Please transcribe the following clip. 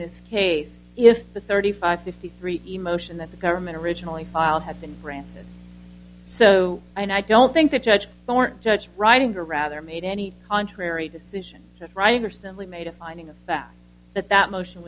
this case if the thirty five fifty three emotion that the government originally filed had been granted so i don't think that judge for judge writing or rather made any contrary decision to writing or simply made a finding of fact that that motion